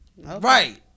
Right